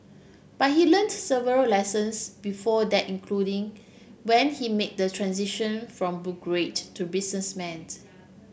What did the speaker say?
but he learnt several lessons before that including when he made the transition from to businessman